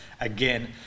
again